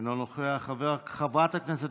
אינו נוכח, חברת הכנסת